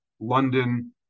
London